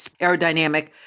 aerodynamic